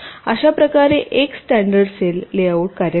अशा प्रकारे एक स्टॅंडर्ड सेल लेआउट कार्य करते